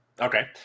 Okay